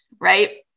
Right